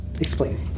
Explain